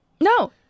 No